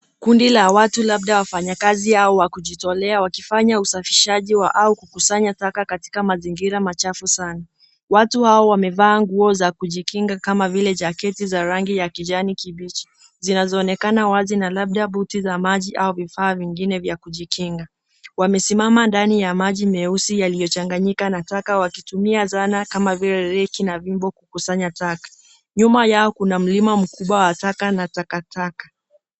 Kundi la watu labda wafanyakazi au kujitolea wakifanya usafishaji au kukusanya taka katika mazingira machafu sana. Watu hao wamevaa nguo za kujikinga kama vile jaketi za rangi ya kijani kibichi, zinazoonekana wazi na labda buti za maji au vifaa vingine vya kujikinga. Wamesimama ndani ya maji meusi yaliyochanganyika na taka wakitumia zana kama vile reki na fimbo kukusanya taka. Nyuma yao kuna mlima mkubwa wa taka na takataka.